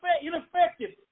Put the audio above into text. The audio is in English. ineffective